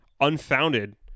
unfounded